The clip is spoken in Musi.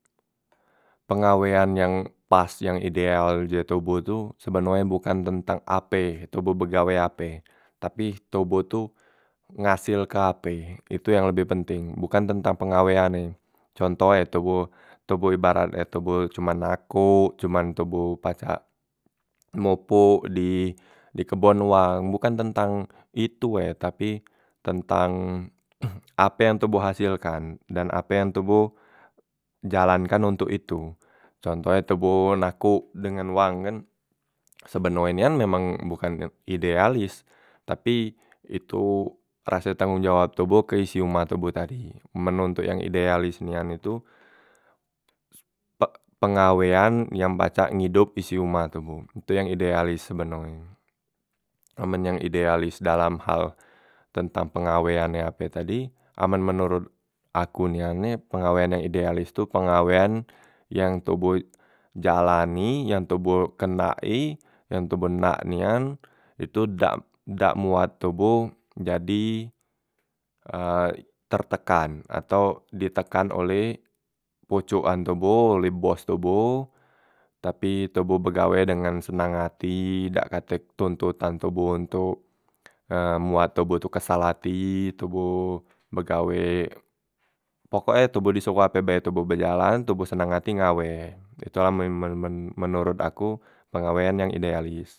Pengawean yang pas yang ideal jo toboh tu sebeno e bukan tentang ape toboh begawe ape, tapi toboh tu ngasilke ape itu yang lebeh penteng bukan tentang pengawean e. Contoh e toboh toboh ibarat e toboh cuman akok cuman toboh pacak mopok di di kebon wang, bukan tentang itu e tapi tentang ape yang toboh hasilkan dan ape yang toboh jalankan ontok itu. Contoh e toboh nakok dengan wang kan, sebeno e nian emang bukan de idealis, tapi itu rase tanggung jawab toboh ke isi omah toboh tadi, men ontok yang idealis nian itu pe pengawean yang pacak ngidop isi omah toboh, itu yang idealis sebeno e. Amen yang idealis dalam hal tentang pengawean e ape tadi amen menurut aku nian ni pengawean yang idealis tu pengawean yang toboh ik jalani, yang toboh kenak i, yang toboh nak nian itu dak dak muat toboh jadi tertekan ato ditekan oleh pocokan toboh oleh bos toboh tapi toboh begawe dengan senang hati dak katek tontotan toboh ontok muat toboh itu kesal ati, toboh begawe pokok e toboh di suka ape bae tu toboh bejalan toboh senang ati ngawe, itu amen men men men menurut aku pengawean yang idealis.